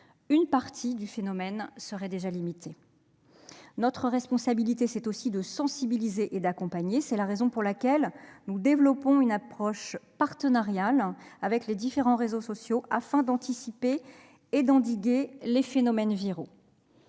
par tous, le phénomène serait déjà en partie jugulé. Notre responsabilité, c'est aussi de sensibiliser et d'accompagner. C'est la raison pour laquelle nous développons une approche partenariale avec les différents réseaux sociaux afin d'anticiper et d'endiguer les phénomènes viraux.